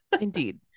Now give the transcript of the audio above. Indeed